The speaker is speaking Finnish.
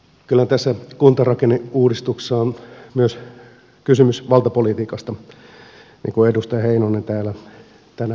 kyllä tässä kuntarakenneuudistuksessa on myös kysymys valtapolitiikasta niin kuin edustaja heinonen täällä tänään on antanut ymmärtää